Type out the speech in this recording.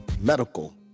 medical